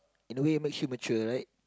in a way makes you mature right